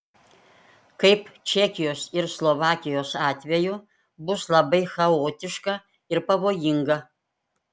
kaip čekijos ir slovakijos atveju bus labai chaotiška ir pavojinga